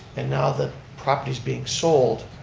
and now that property is being sold,